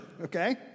okay